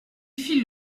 fit